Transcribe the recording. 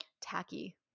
tacky